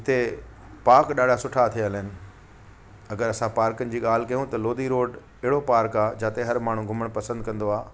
हिते पार्क ॾाढा सुठा ठहियल आहिनि अगरि असां पार्क जी ॻाल्हि कयूं त लोधी रोड अहिड़ो पार्क आहे जाते हर माण्हू घुमण पसंदि कंदो आहे